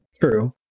True